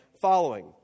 Following